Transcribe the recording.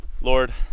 Lord